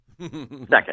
Second